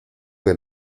que